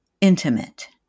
intimate